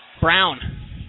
Brown